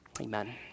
Amen